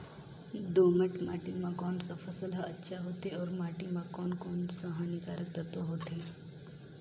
दोमट माटी मां कोन सा फसल ह अच्छा होथे अउर माटी म कोन कोन स हानिकारक तत्व होथे?